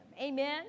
Amen